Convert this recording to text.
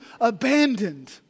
abandoned